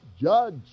judge